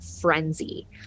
frenzy